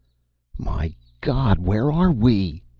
my god! where are we?